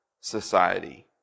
society